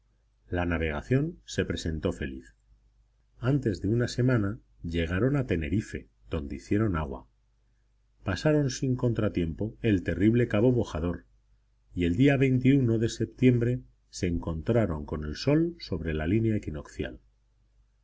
la navegación se presentó feliz antes de una semana llegaron a tenerife donde hicieron agua pasaron sin contratiempo el terrible cabo bojador y el día de septiembre se encontraron con el sol sobre la línea equinoccial